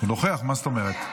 נוכח, מה זאת אומרת?